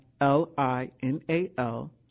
L-I-N-A-L